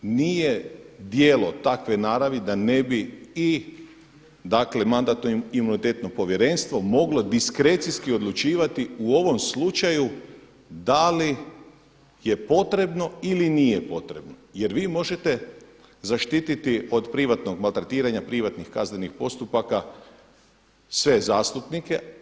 Nije djelo takve naravi da ne bi i dakle, Mandatno-imunitetno povjerenstvo moglo diskrecijski odlučivati u ovom slučaju da li je potrebno ili nije potrebno, jer vi možete zaštititi od privatnog maltretiranja, privatnih kaznenih postupaka sve zastupnike.